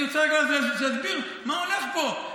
אני רוצה רק להסביר מה הולך פה.